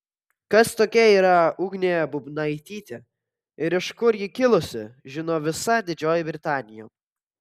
kas tokia yra ugnė bubnaitytė ir iš kur ji kilusi žino visa didžioji britanija